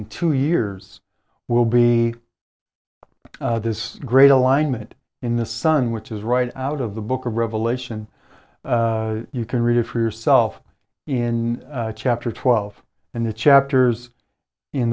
and two years will be this great alignment in the sun which is right out of the book of revelation you can read it for yourself in chapter twelve and the chapters in